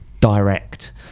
direct